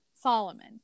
Solomon